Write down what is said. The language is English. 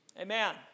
Amen